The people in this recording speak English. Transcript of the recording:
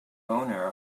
owner